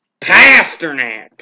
Pasternak